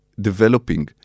developing